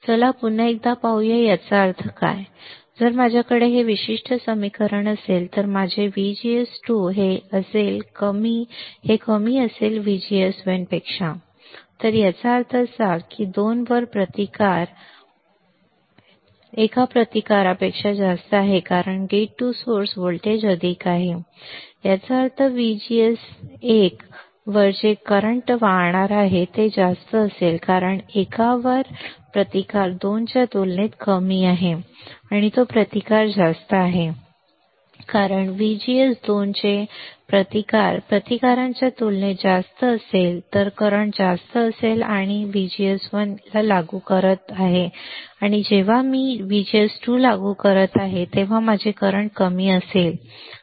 चला पुन्हा एकदा पाहूया याचा अर्थ काय आहे जर माझ्याकडे हे विशिष्ट समीकरण असेल तर माझे VGS2 VGS1 याचा अर्थ मी पाहतो की 2 वर प्रतिकार एका उजवीकडील प्रतिकारापेक्षा जास्त आहे कारण गेट टू सोर्स व्होल्टेज अधिक आहे याचा अर्थ व्हीजीएस 1 वर मी जे वर्तमान पाहणार आहे ते जास्त असेल कारण एकावर प्रतिकार 2 च्या तुलनेत कमी आहे तो प्रतिकार जास्त आहे कारण व्हीजीएस 2 चे प्रतिकार प्रतिकारांच्या तुलनेत जास्त असेल जेव्हा करंट जास्त असेल जर मी व्हीजीएस 1 ला लागू करत आहे आणि जेव्हा मी व्हीजीएस 2 लावत आहे तेव्हा माझे करंट कमी असेल